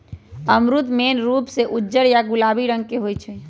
अमरूद मेन रूप से उज्जर या गुलाबी रंग के होई छई